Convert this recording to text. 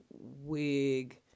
wig